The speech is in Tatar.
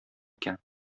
икән